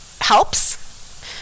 helps